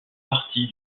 partie